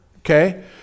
Okay